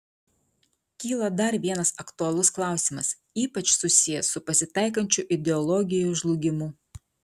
kyla dar vienas aktualus klausimas ypač susijęs su pasitaikančiu ideologijų žlugimu